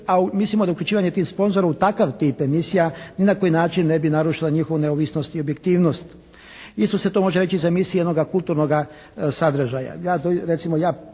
a mislimo da uključivanje tih sponzora u takav tip emisija ni na koji način ne bi narušila njihovu neovisnost i objektivnost. Isto se to može reći da emisije jednoga kulturnoga sadržaja. Ja, recimo ja